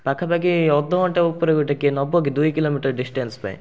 ପାଖାପାଖି ଅଧଘଣ୍ଟେ ଉପରେ ଗୋଟେ କିଏ ନେବକି ଦୁଇ କିଲୋମିଟର୍ ଡିଷ୍ଟାନ୍ସ୍ ପାଇଁ